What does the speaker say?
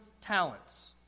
talents